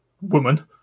woman